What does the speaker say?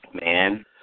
Man